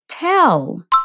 tell